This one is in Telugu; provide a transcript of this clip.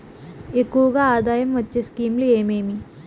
ఎక్కువగా ఆదాయం వచ్చే స్కీమ్ లు ఏమేమీ?